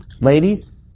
Ladies